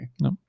No